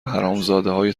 حرامزادههای